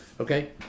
Okay